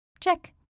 Check